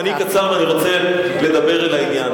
אבל, ברשותכם, זמני קצר ואני רוצה לדבר על העניין.